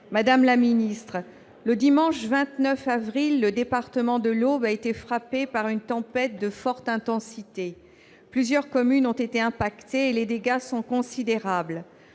Madame la ministre, le dimanche 29 avril, le département de l'Aube a été frappé par une tempête de forte intensité. Plusieurs communes ont été impactées et les dégâts sont considérables.